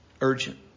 urgent